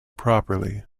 properly